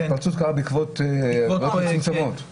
ההתפרצות קרתה בעקבות הגבלות מצומצמות,